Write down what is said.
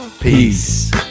Peace